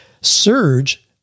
surge